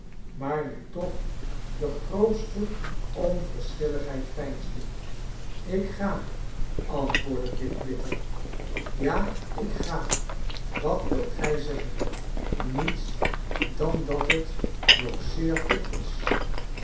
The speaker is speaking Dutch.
maar die toch de grootste onverschilligheid veinsde ik ga antwoorde dick bitter ja ik ga wat wilt gij zeggen niets dan dat het nog zeer vroeg is